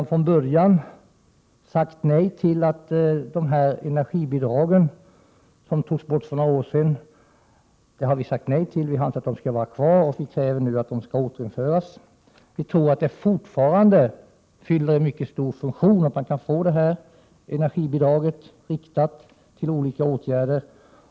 Vi har hela tiden sagt nej till ett borttagande av energibidragen. Dessa togs ju bort för några år sedan. Men vi har alltså velat ha kvar dem, och vi kräver nu att de skall återinföras. Vi tror nämligen att de fortfarande fyller en mycket viktig funktion. Det är viktigt med ett energibidrag riktat till olika åtgärder.